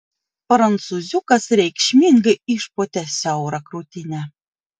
prancūziukas reikšmingai išpūtė siaurą krūtinę